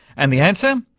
and the answer?